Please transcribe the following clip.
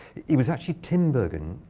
it was actually tim bergen,